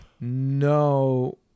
no